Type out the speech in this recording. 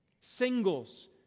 Singles